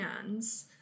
hands